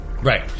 Right